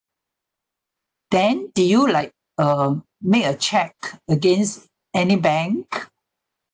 then did you like um make a check against any bank